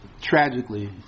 tragically